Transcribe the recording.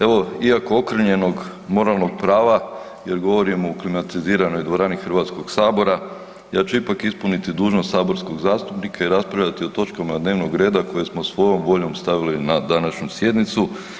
Evo, iako okrnjenog moralnog prava jer govorimo u klimatiziranoj dvorani HS-a, ja ću ipak ispuniti dužnost saborskog zastupnika i raspravljati o točkama dnevnog reda koji smo svojom voljom stavili na današnju sjednicu.